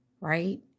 right